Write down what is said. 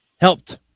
Helped